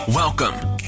Welcome